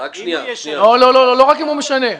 לא, לא רק אם הוא משנה.